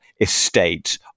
estate